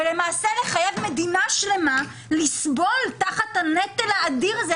ולמעשה לחייב מדינה שלמה לסבול תחת הנטל האדיר הזה.